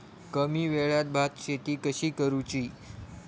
कमी वेळात भात शेती कशी करुची?